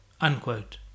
unquote